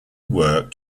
work